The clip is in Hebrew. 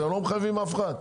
אתם לא מחייבים אף אחד.